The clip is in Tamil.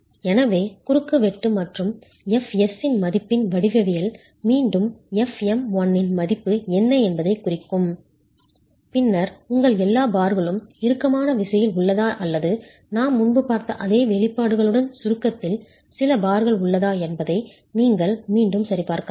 எனவே குறுக்குவெட்டு மற்றும் Fs இன் மதிப்பின் வடிவவியல் மீண்டும் fm 1 இன் மதிப்பு என்ன என்பதைக் குறிக்கும் பின்னர் உங்கள் எல்லா பார்களும் இறுக்கமான விசையில் உள்ளதா அல்லது நாம் முன்பு பார்த்த அதே வெளிப்பாடுகளுடன் சுருக்கத்தில் சில பார்கள் உள்ளதா என்பதை நீங்கள் மீண்டும் சரிபார்க்கலாம்